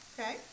Okay